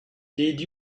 did